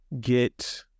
get